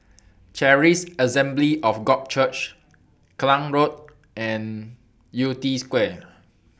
Charis Assembly of God Church Klang Road and Yew Tee Square